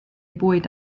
bwyd